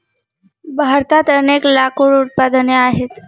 भारतात अनेक लाकूड उत्पादने आहेत